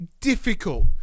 difficult